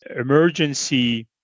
emergency